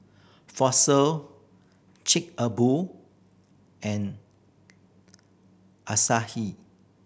Fossil Chic a Boo and Asahi